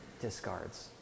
discards